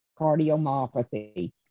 cardiomyopathy